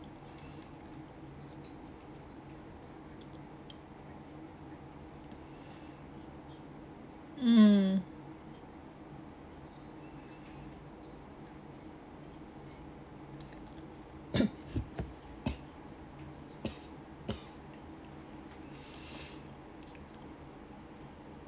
mm